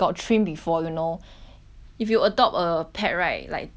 if you adopt a pet right like dog or what you need to train